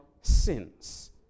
sins